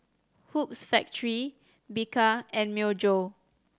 Hoops Factory Bika and Myojo